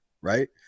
right